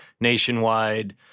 nationwide